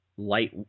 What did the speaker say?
light